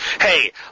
hey